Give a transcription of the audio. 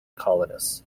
colonists